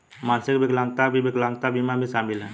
मानसिक विकलांगता भी विकलांगता बीमा में शामिल हैं